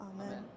Amen